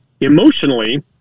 emotionally